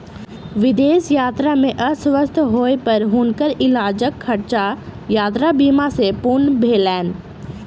विदेश यात्रा में अस्वस्थ होय पर हुनकर इलाजक खर्चा यात्रा बीमा सॅ पूर्ण भेलैन